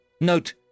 Note